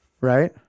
right